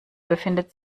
befindet